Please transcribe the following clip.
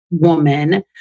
Woman